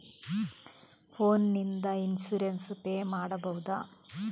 Phone ನಿಂದ insurance pay ಮಾಡಬಹುದ?